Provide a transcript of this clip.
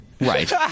Right